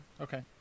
okay